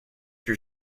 your